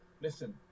listen